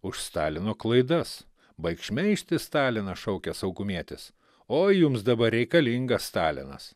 už stalino klaidas baik šmeižti staliną šaukia saugumietis o jums dabar reikalingas stalinas